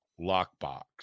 lockbox